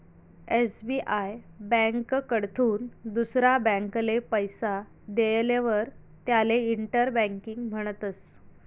SBI ब्यांककडथून दुसरा ब्यांकले पैसा देयेलवर त्याले इंटर बँकिंग म्हणतस